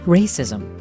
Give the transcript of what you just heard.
racism